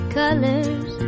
colors